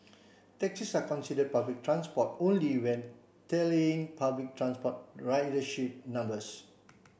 taxis are considered public transport only when tallying public transport ridership numbers